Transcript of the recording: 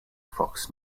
fox